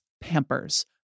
Pampers